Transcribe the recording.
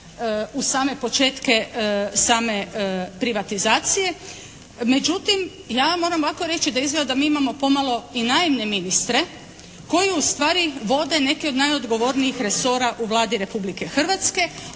u same početke same privatizacije, međutim ja moram ovako reći da izgleda da mi imamo pomalo i naivne ministre koji ustvari vode neke od najodgovornijih resora u Vladi Republike Hrvatske,